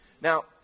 Now